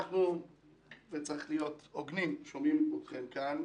אנחנו שומעים אתכם כאן,